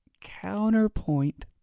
Counterpoint